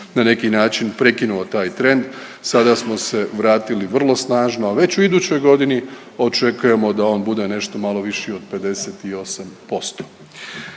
na neki način prekinuo taj trend. Sada smo se vratili vrlo snažno, a već u idućoj godini očekujemo da on bude nešto malo viši od 58%.